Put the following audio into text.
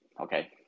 Okay